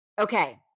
Okay